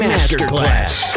Masterclass